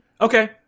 Okay